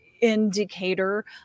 indicator